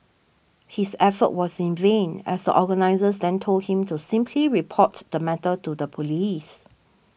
his effort was in vain as the organisers then told him to simply report the matter to the police